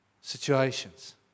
situations